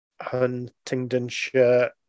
Huntingdonshire